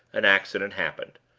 an accident happened.